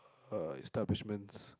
uh establishments